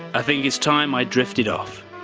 i think it's time i drifted off.